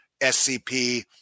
SCP